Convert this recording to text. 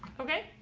okay.